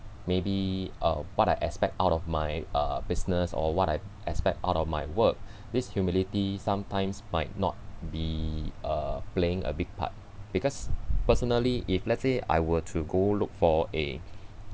maybe uh what I expect out of my uh business or what I expect out of my work this humility sometimes might not be uh playing a big part because personally if let's say I were to go look for a